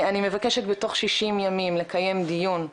אני מבקשת בתוך 60 ימים לקיים דיון,